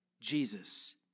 Jesus